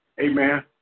Amen